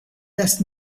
does